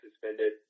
suspended